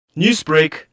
Newsbreak